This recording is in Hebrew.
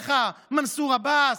וחבריך מנסור עבאס,